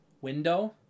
window